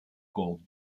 gold